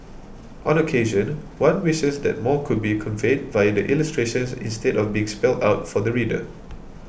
on occasion one wishes that more could be conveyed via the illustrations instead of being spelt out for the reader